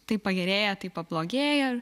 tai pagerėja tai pablogėja